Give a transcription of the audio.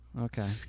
Okay